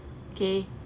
okay